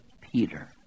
Peter